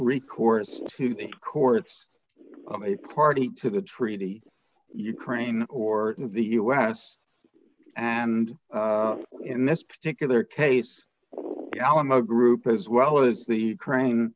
recourse to the courts of a party to the treaty ukraine or the u s and in this particular case alamo group as well as the crane